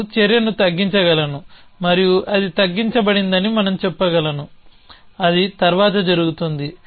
నేను చర్యను తగ్గించగలను మరియు అది తగ్గించబడిందని మనం చెప్పగలను అది తర్వాత జరుగుతుంది